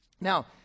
Now